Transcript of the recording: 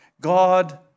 God